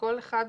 הכול אחד בשני.